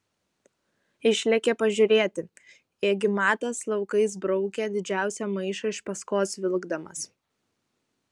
išlėkė pažiūrėti ėgi matas laukais braukė didžiausią maišą iš paskos vilkdamas